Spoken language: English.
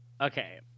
Okay